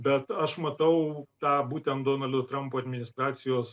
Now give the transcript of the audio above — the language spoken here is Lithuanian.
bet aš matau tą būtent donaldo trampo administracijos